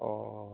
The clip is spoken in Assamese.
অঁ অঁ